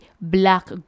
black